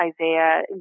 Isaiah